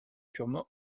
purement